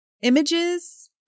images